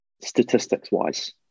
Statistics-wise